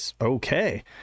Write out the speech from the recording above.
okay